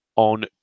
On